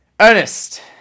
Ernest